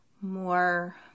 more